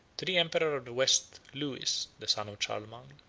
to the emperor of the west, lewis, the son of charlemagne.